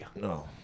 No